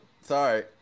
Sorry